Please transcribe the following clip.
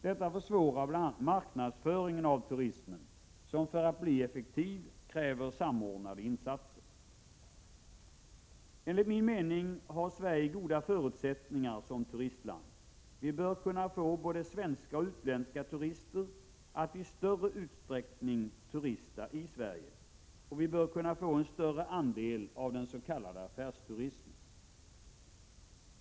Detta försvårar bl.a. marknadsföringen av turismen, som för att bli effektiv kräver samordnade insatser. Enligt min mening har Sverige goda förutsättningar som turistland. Vi bör kunna få både svenska och utländska turister att i större utsträckning turista i Sverige, och vi bör kunna få en större andel av den s.k. affärsturismen.